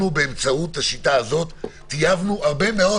אנחנו באמצעות השיטה הזאת טייבנו הרבה מאוד